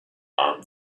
and